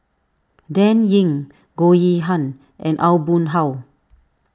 Dan Ying Goh Yihan and Aw Boon Haw